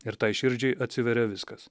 ir tai širdžiai atsiveria viskas